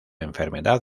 enfermedad